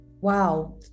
Wow